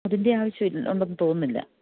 അതിന്റെ ആവശ്യമുണ്ടെന്ന് തോന്നുന്നില്ല